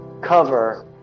cover